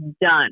done